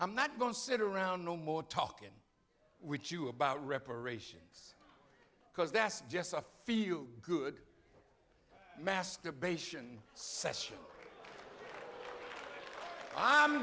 i'm not going to sit around no more talking with you about reparations because that's just a feel good masturbation s